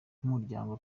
nk’umuryango